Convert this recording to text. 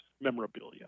memorabilia